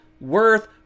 worth